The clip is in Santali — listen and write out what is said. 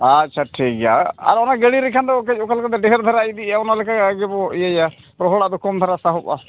ᱟᱪᱪᱷᱟ ᱴᱷᱤᱠ ᱜᱮᱭᱟ ᱟᱨ ᱚᱱᱟ ᱜᱟᱹᱰᱤ ᱨᱮᱠᱷᱟᱱ ᱫᱚ ᱠᱟᱹᱡ ᱚᱠᱟ ᱞᱮᱠᱟᱛᱮ ᱰᱷᱮᱹᱨ ᱫᱷᱟᱨᱟ ᱤᱫᱤᱜᱼᱟ ᱚᱱᱟ ᱞᱮᱠᱟᱜᱮ ᱜᱮᱵᱚ ᱤᱭᱟᱹᱭᱟ ᱨᱚᱦᱚᱲᱟᱜ ᱫᱚ ᱠᱚᱢ ᱫᱷᱟᱨᱟ ᱥᱟᱦᱚᱵᱟ